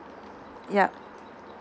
yup